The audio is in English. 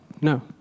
No